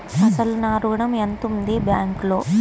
అసలు నా ఋణం ఎంతవుంది బ్యాంక్లో?